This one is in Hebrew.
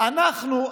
אנחנו,